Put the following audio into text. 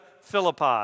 Philippi